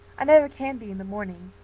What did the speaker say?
i never can be in the morning.